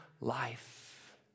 life